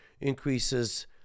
increases